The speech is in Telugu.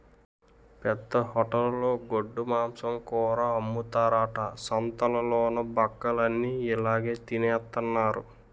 పెద్ద హోటలులో గొడ్డుమాంసం కూర అమ్ముతారట సంతాలలోన బక్కలన్ని ఇలాగె తినెత్తన్నారు